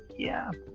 yeah,